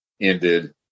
ended